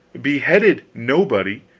beheaded nobody,